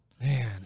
man